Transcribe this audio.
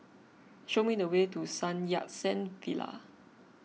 show me the way to Sun Yat Sen Villa